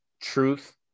truth